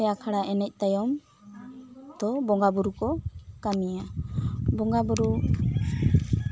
ᱯᱮ ᱟᱠᱷᱲᱟ ᱮᱱᱮᱡ ᱛᱟᱭᱚᱢ ᱫᱚ ᱵᱚᱸᱜᱟ ᱵᱳᱨᱳ ᱠᱚ ᱠᱟᱹᱢᱤᱭᱟ ᱵᱚᱸᱜᱟ ᱵᱳᱨᱳ